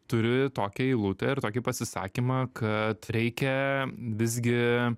turi tokią eilutę ir tokį pasisakymą kad reikia visgi